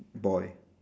boy